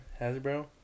Hasbro